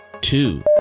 two